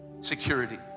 security